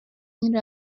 این